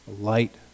light